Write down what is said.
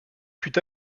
fut